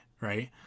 right